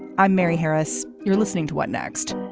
i'm mary harris. you're listening to what next.